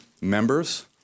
members